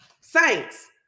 Saints